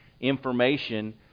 information